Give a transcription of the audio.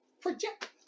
project